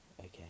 Okay